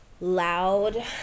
loud